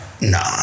Nah